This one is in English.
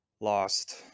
lost